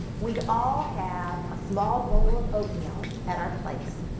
we'd all have a small bowl of oatmeal at our place.